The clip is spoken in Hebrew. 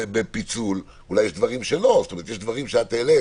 אולי יש דברים שהעלית